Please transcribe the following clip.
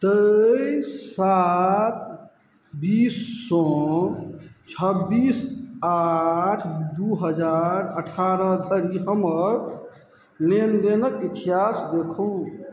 तेइस सात बीससँ छब्बीस आठ दू हजार अठारह धरि हमर लेन देनके इतिहास देखू